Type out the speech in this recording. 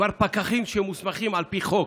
כבר פקחים שמוסמכים על פי חוק,